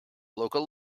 local